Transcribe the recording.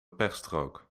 pechstrook